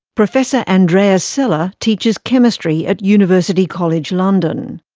professor andrea sella teaches chemistry at university college london.